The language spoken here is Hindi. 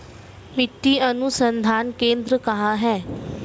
मिट्टी अनुसंधान केंद्र कहाँ है?